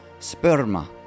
sperma